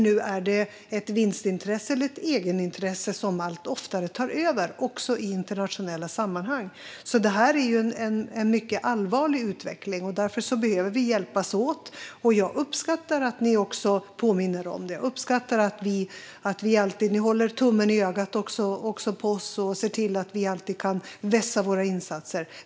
Nu är det ett vinstintresse eller ett egenintresse som allt oftare tar över, också i internationella sammanhang. Detta är en mycket allvarlig utveckling. Därför behöver vi hjälpas åt. Jag uppskattar att ni påminner om det. Jag uppskattar att ni håller tummen i ögat också på oss och ser till att vi alltid kan vässa våra insatser.